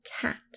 cat